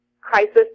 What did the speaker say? crisis